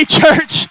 church